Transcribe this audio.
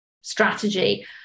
strategy